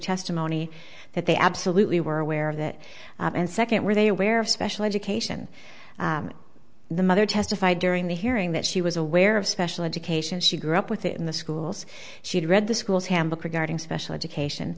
testimony that they absolutely were aware of that and second were they aware of special education the mother testified during the hearing that she was aware of special education she grew up with in the schools she'd read the school's handbook regarding special education